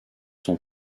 son